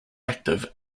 active